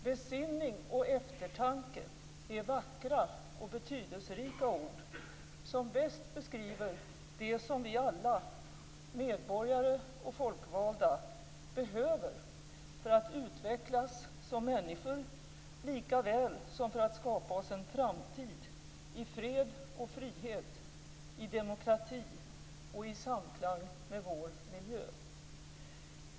Besinning och eftertanke är vackra och betydelserika ord, som bäst beskriver det som vi alla - medborgare och folkvalda - behöver, för att utvecklas som människor, likaväl som för att skapa oss en framtid i fred och frihet, i demokrati och i samklang med vår miljö.